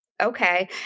Okay